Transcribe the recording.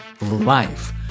life